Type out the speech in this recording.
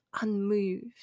unmoved